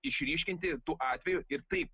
išryškinti tų atvejų ir taip